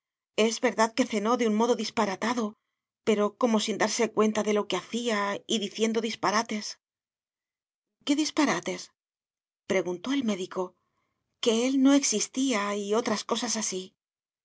es verdad que cenó de un modo disparatado pero como sin darse cuenta de lo que hacía y diciendo disparates qué disparates preguntó el médico que él no existía y otras cosas así